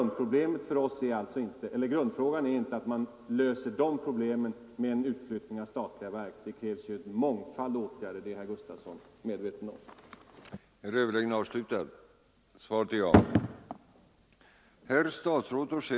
Det går inte att lösa problemen med en utflyttning av statliga verk. Det krävs en mångfald åtgärder, det är herr Gustavsson medveten om.